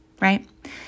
right